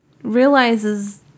realizes